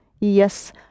Yes